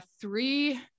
three